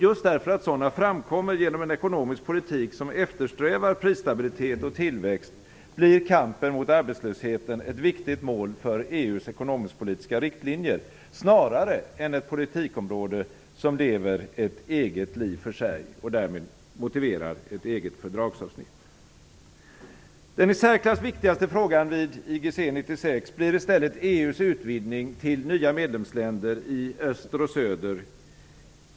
Just därför att sådana framkommer genom en ekonomisk politik som eftersträvar prisstabilitet och tillväxt blir kampen mot arbetslösheten ett viktigt mål för EU:s ekonomisk-politiska riktlinjer snarare än ett politikområde som lever ett eget liv för sig och som därmed motiverar ett eget fördragsavsnitt. Den i särklass viktigaste frågan vid IGC 96 blir i stället EU:s utvidgning till nya medlemsländer i öster och söder.